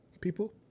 people